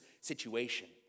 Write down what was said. situation